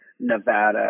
Nevada